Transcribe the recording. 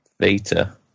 Vita